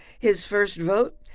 his first vote,